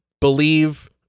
believe